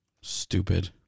Stupid